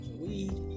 weed